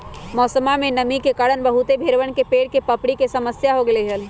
मौसमा में नमी के कारण बहुत भेड़वन में पैर के पपड़ी के समस्या हो गईले हल